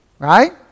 Right